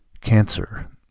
Cancer